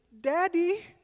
Daddy